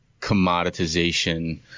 commoditization